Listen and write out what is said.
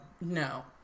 No